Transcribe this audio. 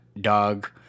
dog